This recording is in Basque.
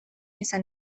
izan